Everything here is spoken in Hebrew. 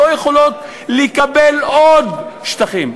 הן לא יכולות לקבל עוד שטחים.